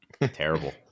Terrible